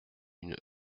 une